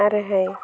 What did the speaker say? आरोहाय